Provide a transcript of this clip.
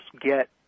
get